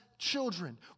Children